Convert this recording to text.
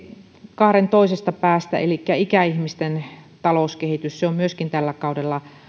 kaaren toisesta päästä ikäihmisten talouskehitys on myöskin tällä kaudella